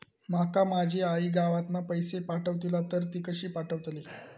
माका माझी आई गावातना पैसे पाठवतीला तर ती कशी पाठवतली?